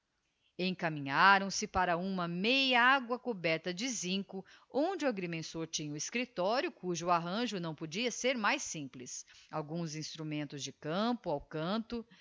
encaminharam-se para uma meiagua coberta de zinco onde o agrimensor tinha o escriptorio cujo arranjo não podia ser mais simples alguns instrumentos de campo ao canto